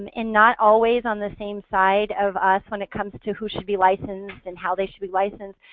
and not always on the same side of us when it comes to who should be licensed and how they should be licensed.